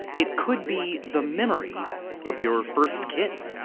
it could be the memory of your first kiss.